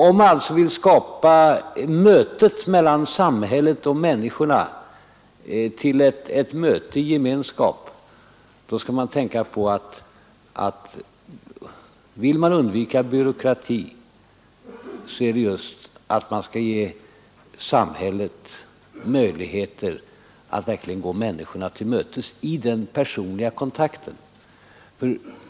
Om man vill göra mötet mellan samhället och människorna till ett möte i gemenskap och samtidigt undvika byråkrati, då skall man tänka på att det just gäller att ge samhället möjligheter att verkligen gå människorna till mötes i den personliga kontakten.